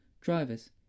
drivers